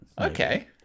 Okay